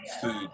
food